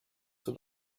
for